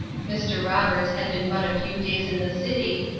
mr. roberts had been but a few days in the city,